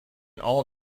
all